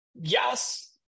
yes